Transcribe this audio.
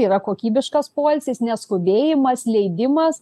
yra kokybiškas poilsis neskubėjimas leidimas